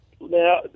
Now